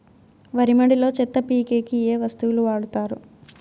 వరి మడిలో చెత్త పీకేకి ఏ వస్తువులు వాడుతారు?